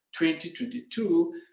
2022